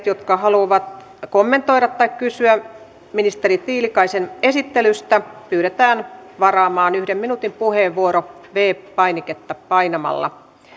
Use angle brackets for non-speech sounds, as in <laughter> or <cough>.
<unintelligible> jotka haluavat kommentoida tai kysyä ministeri tiilikaisen esittelystä pyydetään varaamaan yhden minuutin puheenvuoro viides painiketta painamalla